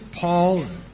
Paul